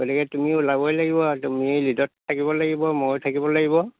গতিকে তুমি ওলাবই লাগিব আৰু তুমি লীডত থাকিব লাগিব ময়ো থাকিব লাগিব